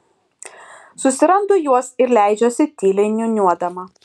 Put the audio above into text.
susirandu juos ir leidžiuosi tyliai niūniuodama